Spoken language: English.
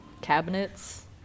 cabinets